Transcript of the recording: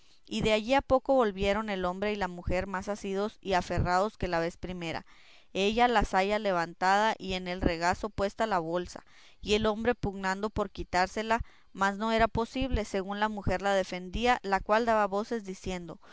y de allí a poco volvieron el hombre y la mujer más asidos y aferrados que la vez primera ella la saya levantada y en el regazo puesta la bolsa y el hombre pugnando por quitársela mas no era posible según la mujer la defendía la cual daba voces diciendo